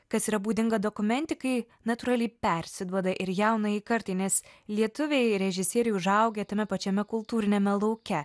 kas yra būdinga dokumentikai natūraliai persiduoda ir jaunajai kartai nes lietuviai režisieriai užaugę tame pačiame kultūriniame lauke